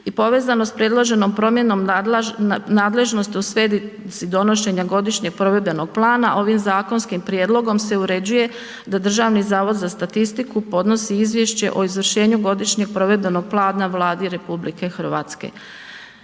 i povezano s predloženom promjenom nadležnosti u svezi donošenja godišnjeg provedbenog plana ovim zakonskim prijedlogom se uređuje da Državni zavod za statistiku podnosi izvješće o izvršenju godišnjeg provedbenog plana Vladi RH.